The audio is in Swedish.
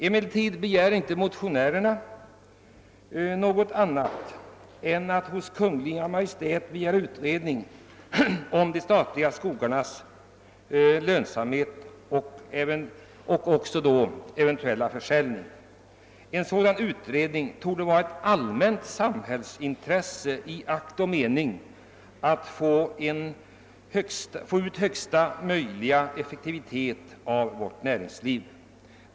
EmeHertid begärs i motionerna inte något annat än att riksdagen hos Kungl. Maj:t skall hemställa om utredning om de statliga skogarnas lönsamhet och eventuella försäljning. Det torde vara ett allmänt samhällsintresse att en sådan utredning genomförs i akt och mening att få till stånd högsta möjliga aktivitet i denna del av vårt näringsliv.